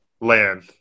land